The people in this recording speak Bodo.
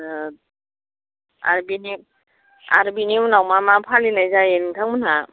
आर बिनि आर बिनि उनाव मा मा फालिनाय जायो नोंथांमोनहा